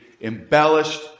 embellished